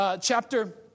chapter